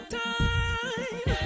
time